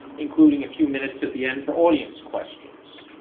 including a few minutes at the end for audience questions.